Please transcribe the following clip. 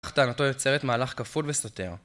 החתנתו יוצרת מהלך כפול וסותר